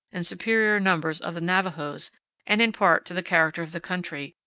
and superior numbers of the navajos and in part to the character of the country,